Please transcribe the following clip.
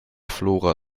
flora